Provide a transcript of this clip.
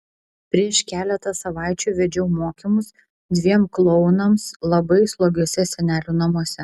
prieš keletą savaičių vedžiau mokymus dviem klounams labai slogiuose senelių namuose